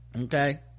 Okay